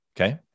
Okay